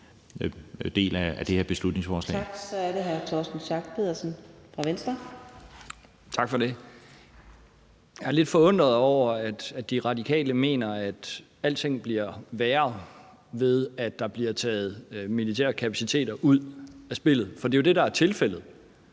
Jeg er lidt forundret over, at De Radikale mener, at alting bliver værre, ved at der bliver sat militære kapaciteter ud af spillet, for det er jo det, der er tilfældet